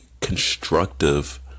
constructive